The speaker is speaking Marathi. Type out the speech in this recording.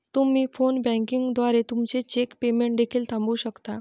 तुम्ही फोन बँकिंग द्वारे तुमचे चेक पेमेंट देखील थांबवू शकता